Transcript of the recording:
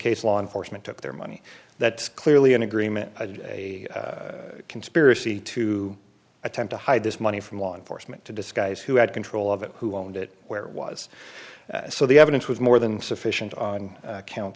case law enforcement took their money that's clearly an agreement a conspiracy to attempt to hide this money from law enforcement to disguise who had control of it who owned it where it was so the evidence was more than sufficient on count